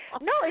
No